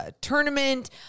tournament